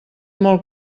molt